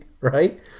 right